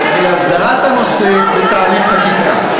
להכרעת הכנסת ולהסדרת הנושא בתהליך חקיקה.